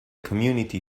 community